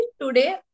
today